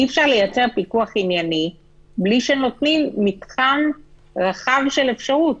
אי-אפשר לייצר פיקוח ענייני בלי שנותנים מתחם רחב של אפשרות.